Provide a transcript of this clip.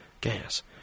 gas